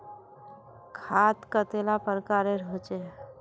खाद कतेला प्रकारेर होचे?